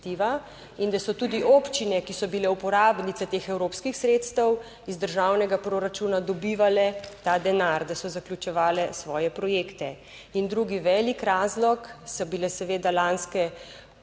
in da so tudi občine, ki so bile uporabnice teh evropskih sredstev, iz državnega proračuna dobivale ta denar, da so zaključevale svoje projekte. In drugi velik razlog so bile seveda lanske